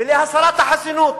ולהסרת החסינות,